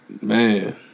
Man